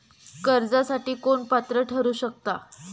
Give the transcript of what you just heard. कर्जासाठी कोण पात्र ठरु शकता?